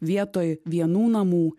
vietoj vienų namų